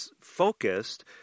focused